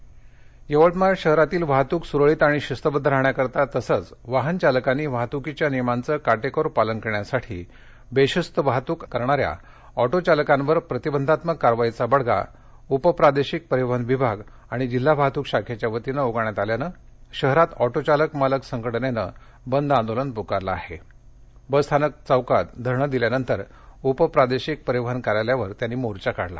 बेशिस्त ऑटोः यवतमाळ शहरातील वाहतूक सुरळीत आणि शिस्तबद्ध राहण्याकरिता तसेच वाहनचालकांनी वाहतूकीच्या नियमांचे काटेकोर पालन करण्यासाठी बेशिस्त वाहतूक करणाऱ्या ऑटोचालकांवर प्रतिबंधकात्मक कारवाईचा बडगा उपप्रादेशिक परिवहन विभाग आणि जिल्हा वाहतूक शाखेच्या वतीने उगारण्यात आल्याने शहरात ऑटोचालक मालक संघटनेने बंद आंदोलन पुकारले आणि बसस्थानक चौकात धरणे दिल्यानंतर उपप्रादेशिक परिवहन कार्यालयावर मोर्चा काढला